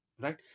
right